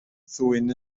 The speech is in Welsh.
ddwyn